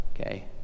Okay